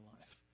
life